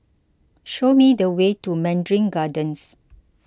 show me the way to Mandarin Gardens